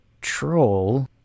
troll